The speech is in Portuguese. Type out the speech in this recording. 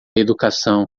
educação